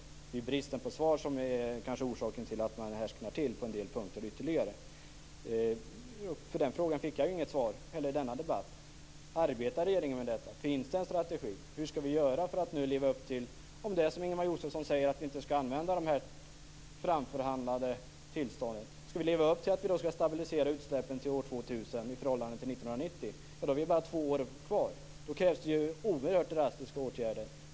Det är kanske bristen på svar som är orsaken till att man härsknar till ytterligare på en del punkter. På den frågan fick jag inget svar i denna debatt heller. Arbetar regeringen med detta? Finns det en strategi? Hur skall vi göra för att nu leva upp till detta, om det nu är som Ingemar Josefsson säger att vi inte skall använda det här framförhandlade tillståndet? Om vi skall leva upp till att stabilisera utsläppen till år 2000 i förhållande till 1990 har vi bara två år kvar. Då krävs det oerhört drastiska åtgärder.